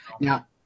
Now